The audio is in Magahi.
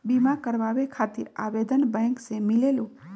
बिमा कराबे खातीर आवेदन बैंक से मिलेलु?